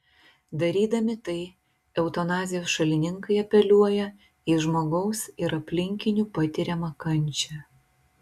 darydami tai eutanazijos šalininkai apeliuoja į žmogaus ir aplinkinių patiriamą kančią